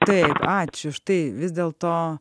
taip ačiū štai vis dėl to